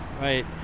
Right